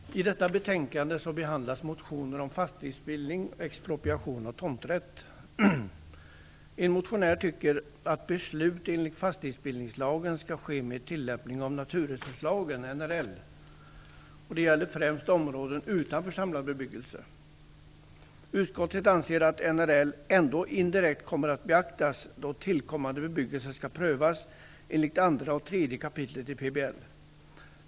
Fru talman! I detta betänkande behandlas motioner om fastighetsbildning, expropriation och tomträtt. En motionär tycker att beslut enligt fastighetsbildningslagen skall ske med tillämpning av naturresurslagen, NRL. Det gäller främst områden utanför samlad bebyggelse. Utskottet anser att NRL ändå indirekt kommer att beaktas då tillkommande bebyggelse skall prövas enligt 2 och 3 kap. PBL.